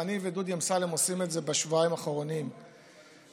ואני ודודי אמסלם עושים את זה בשבועיים האחרונים באמת,